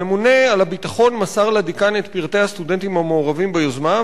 הממונה על הביטחון מסר לדיקן את פרטי הסטודנטים המעורבים ביוזמה,